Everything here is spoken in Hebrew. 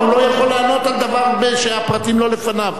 אבל הוא לא יכול לענות על דבר שהפרטים לא לפניו.